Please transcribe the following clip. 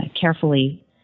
carefully